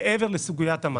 מעבר לסוגיית המס.